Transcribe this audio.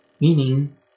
meaning